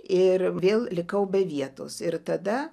ir vėl likau be vietos ir tada